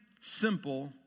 simple